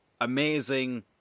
amazing